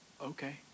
Okay